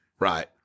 Right